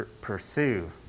Pursue